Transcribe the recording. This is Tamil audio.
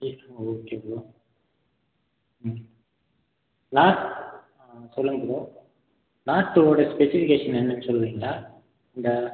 ஓகே ப்ரோ ம் நாட் ஆ சொல்லுங்கள் ப்ரோ நாட் டூ வோட ஸ்பெசிஃபிகேஷன் என்னென்னு சொல்கிறீங்களா இந்த